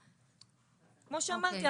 כמו שאמרתי,